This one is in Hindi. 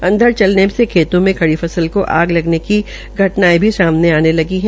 अंधड़ चलने से खेतों में खड़ी फसल को आग लगने की घटनायें भी समाने आने लगी है